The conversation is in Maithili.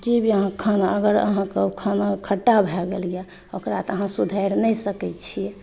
जे भी अहाँ खाना अगर अहाँके खाना खट्टा भए गेल यऽ ओकरा तऽ अहाँ सुधारि नहि सकै छी